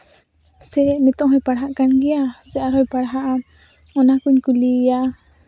ᱥᱮ ᱱᱤᱛᱳᱜ ᱦᱚᱸᱭ ᱯᱟᱲᱦᱟᱜ ᱠᱟᱱ ᱜᱮᱭᱟ ᱥᱮ ᱟᱨᱦᱚᱸᱭ ᱯᱟᱲᱦᱟᱜᱼᱟ ᱚᱱᱟ ᱠᱚᱧ ᱠᱩᱞᱤᱭᱮᱭᱟ